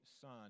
son